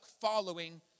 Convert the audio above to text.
following